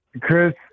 Chris